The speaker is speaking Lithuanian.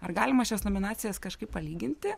ar galima šias nominacijas kažkaip palyginti